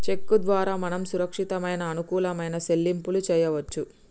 చెక్కు ద్వారా మనం సురక్షితమైన అనుకూలమైన సెల్లింపులు చేయవచ్చు